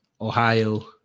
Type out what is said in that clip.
Ohio